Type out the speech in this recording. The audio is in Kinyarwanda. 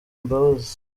imbabazi